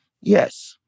Yes